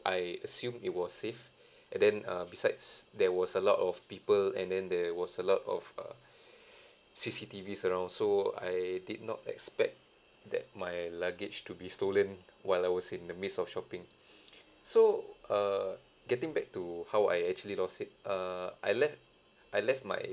I assumed it was safe and then uh besides there was a lot of people and then there was a lot of uh C_C_T_Vs around so I did not expect that my luggage to be stolen while I was in the midst of shopping so err getting back to how I actually lost it err I let I left my